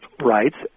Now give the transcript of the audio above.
rights